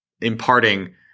imparting